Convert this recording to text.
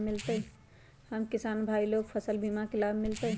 हम किसान भाई लोग फसल बीमा के लाभ मिलतई?